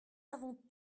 avons